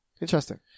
Interesting